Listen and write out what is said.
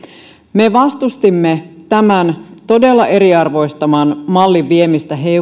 me vastustimme tämän todella eriarvoistavan mallin viemistä